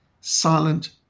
silent